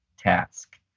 task